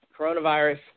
coronavirus